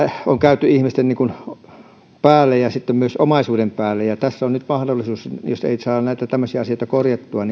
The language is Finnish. on käyty ihmisten päälle ja sitten myös omaisuuden päälle tässä on nyt mahdollisuus jos ei saada näitä tämmöisiä asioita korjattua